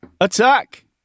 Attack